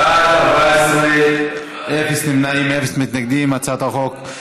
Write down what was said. באת טעונה הבוקר.